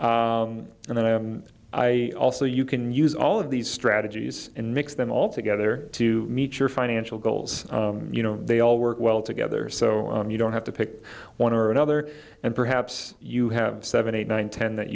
and then i also you can use all of these strategies and mix them all together to meet your financial goals they all work well together so you don't have to pick one or another and perhaps you have seven eight nine ten that